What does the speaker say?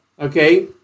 okay